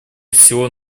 всего